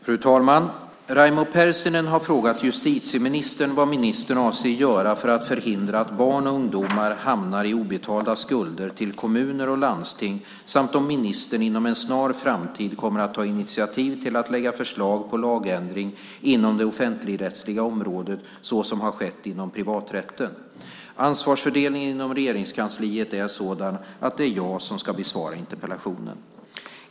Fru talman! Raimo Pärssinen har frågat justitieministern vad ministern avser att göra för att förhindra att barn och ungdomar hamnar i en situation med obetalda skulder till kommuner och landsting samt om ministern inom en snar framtid kommer att ta initiativ till att lägga fram förslag på lagändring inom det offentligrättsliga området såsom har skett inom privaträtten. Ansvarsfördelningen inom Regeringskansliet är sådan att det är jag som ska besvara interpellationen.